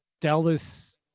Dallas